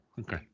Okay